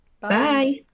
Bye